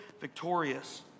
victorious